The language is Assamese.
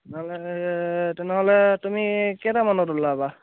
তেনেহ'লে তেনেহ'লে তুমি কেইটামানত ওলাবা